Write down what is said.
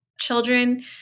children